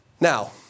Now